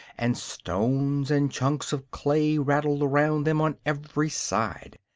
and stones and chunks of clay rattled around them on every side.